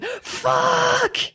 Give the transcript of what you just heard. fuck